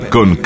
Con